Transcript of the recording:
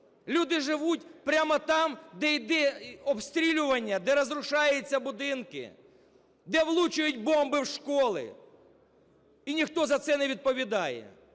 Люди живуть прямо там, де йде обстрілювання, де розрушаються будинки, де влучують бомби в школи, і ніхто за це не відповідає.